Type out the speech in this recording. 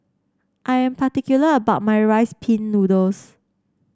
I am particular about my Rice Pin Noodles